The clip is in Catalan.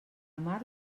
mar